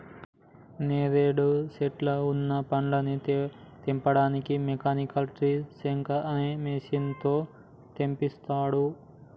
నేరేడు శెట్లకు వున్న పండ్లని తెంపడానికి మెకానికల్ ట్రీ షేకర్ అనే మెషిన్ తో తెంపిండ్రు